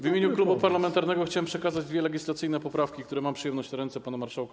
W imieniu klubu parlamentarnego chciałem przekazać dwie legislacyjne poprawki, które mam przyjemność złożyć na ręce pana marszałka.